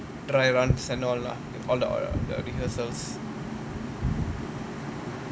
dry runs and all lah all your the rehearsals